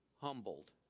humbled